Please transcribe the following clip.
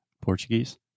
Portuguese